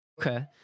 Okay